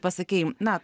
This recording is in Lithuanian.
pasakei na